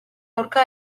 aurka